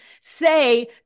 say